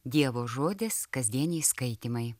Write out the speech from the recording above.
dievo žodis kasdieniai skaitymai